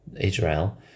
Israel